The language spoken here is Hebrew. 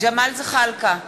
ג'מאל זחאלקה,